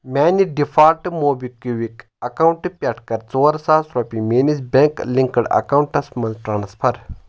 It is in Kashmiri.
میانہِ ڈفالٹ موبی کُوِک اکاونٛٹہٕ پٮ۪ٹھ کَر ژور ساس رۄپیہِ میٲنِس بیٛنک لنکٕڈ اکاونٹَس مَنٛز ٹرانسفر